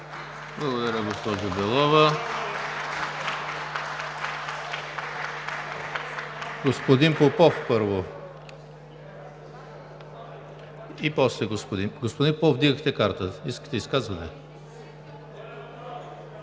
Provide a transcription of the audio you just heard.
Благодаря, госпожо Белова. Господин Попов, първо и после господин… Господин Попов вдигахте картата. Искате изказване